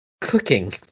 Cooking